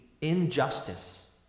injustice